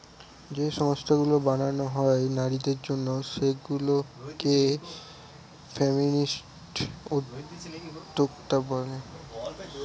যে সংস্থাগুলো বানানো হয় নারীদের জন্য সেগুলা কে ফেমিনিস্ট উদ্যোক্তা বলে